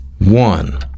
One